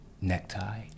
necktie